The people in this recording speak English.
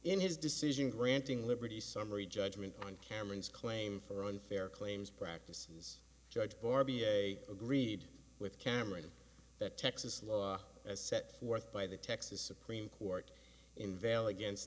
in his decision granting liberty summary judgment on cameron's claim for unfair claims practices judge barbee they agreed with cameron that texas law as set forth by the texas supreme court in vail against